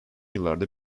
yıllarda